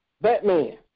Batman